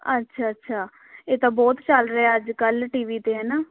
ਅੱਛਾ ਅੱਛਾ ਇਹ ਤਾਂ ਬਹੁਤ ਚੱਲ ਰਿਹਾ ਅੱਜ ਕੱਲ੍ਹ ਟੀ ਵੀ 'ਤੇ ਹੈ ਨਾ